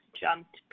jumped